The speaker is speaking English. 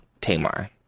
tamar